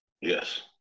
Yes